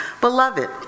beloved